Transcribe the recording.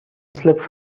slipped